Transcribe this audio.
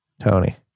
Tony